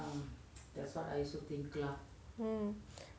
hmm